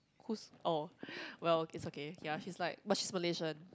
who's oh well it's okay ya she's like but she's Malaysian